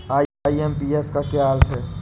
IMPS का क्या अर्थ है?